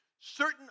certain